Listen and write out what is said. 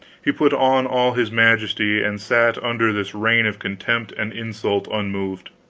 he put on all his majesty and sat under this rain of contempt and insult unmoved.